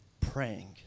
praying